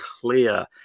clear